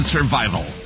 Survival